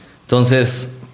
Entonces